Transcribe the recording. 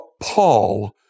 Paul